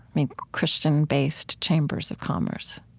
mean, christian-based chambers of commerce,